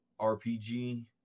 RPG